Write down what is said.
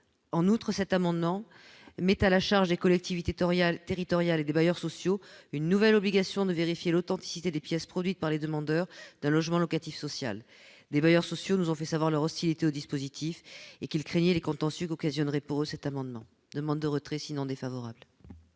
En outre, cet amendement met à la charge des collectivités territoriales et des bailleurs sociaux une nouvelle obligation de vérifier l'authenticité des pièces produites par les demandeurs d'un logement locatif social. Des bailleurs sociaux nous ont fait part de leur hostilité au dispositif et de leur crainte des contentieux qu'occasionnerait pour eux cet amendement. La commission demande